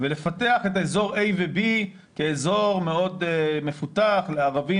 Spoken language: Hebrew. ולפתח את אזור A ו-B כאזור מאוד מפותח לערבים